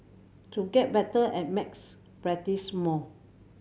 to get better at maths practise more